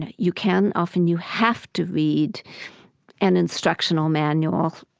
and you can, often you have to read an instructional manual